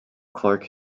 clark